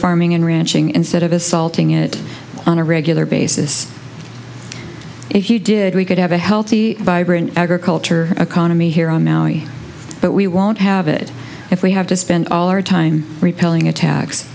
farming and ranching instead of assaulting it on a regular basis if you did we could have a healthy vibrant agriculture economy here on maui but we won't have it if we have to spend all our time repairing a ta